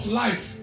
life